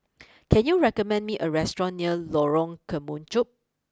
can you recommend me a restaurant near Lorong Kemunchup